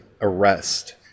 arrest